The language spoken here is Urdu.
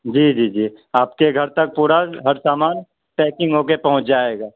جی جی جی آپ کے گھر تک پورا ہر سامان پیکنگ ہو کے پہنچ جائے گا